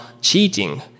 cheating